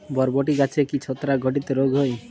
বরবটি গাছে কি ছত্রাক ঘটিত রোগ হয়?